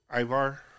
Ivar